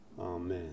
Amen